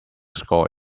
score